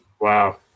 wow